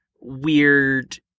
weird